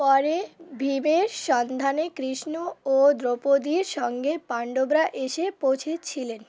পরে ভিমের সন্ধানে কৃষ্ণ ও দ্রৌপদীর সঙ্গে পান্ডবরা এসে পৌঁছেছিলেন